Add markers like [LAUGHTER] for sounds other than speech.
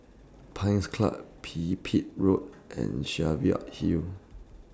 Pines Club Pipit Road [NOISE] and Cheviot Hill